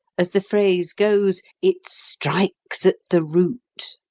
as the phrase goes, it strikes at the root.